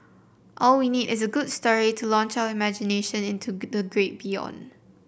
all we need is a good story to launch our imagination into the great beyond